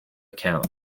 account